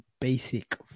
basic